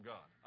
God